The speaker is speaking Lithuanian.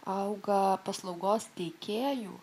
auga paslaugos teikėjų